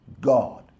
God